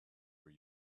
were